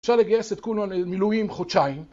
אפשר לגייס את כולנו מילואים חודשיים.